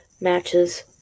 matches